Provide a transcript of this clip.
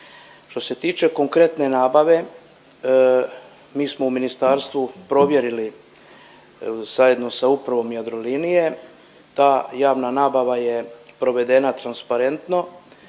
Što se tiče konkretne nabave mi smo u ministarstvu provjerili zajedno sa Upravom Jadrolinije. Ta javna nabava je provedena transparentno.